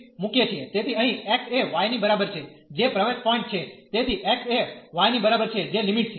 તેથી અહીં x એ y ની બરાબર છે જે પ્રવેશ પોઈન્ટ છે તેથી x એ y ની બરાબર છે જે લિમિટ છે